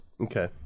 Okay